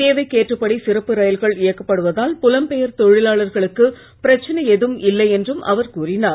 தேவைக்கு ஏற்றபடி சிறப்பு ரயில்கள் இயக்கப்படுவதால் புலம் பெயர் தொழிலாளர்களுக்கு பிரச்சனை எதுவும் இல்லை என்றும் அவர் கூறினார்